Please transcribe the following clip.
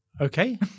Okay